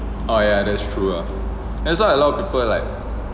oh ya that's true lah that's why a lot of people like